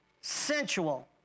sensual